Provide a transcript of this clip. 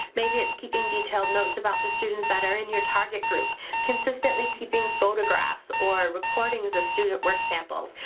maybe it's keeping detailed notes about the students that are in your target group. consistently keeping photographs or recordings of student work samples,